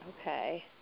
Okay